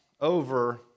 over